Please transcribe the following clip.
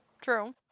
true